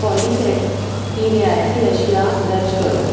polyset کی رعایتی اشیاء درج کرو